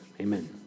Amen